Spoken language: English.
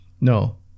No